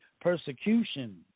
persecution